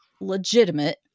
legitimate